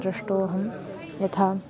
दृष्टोहं यथा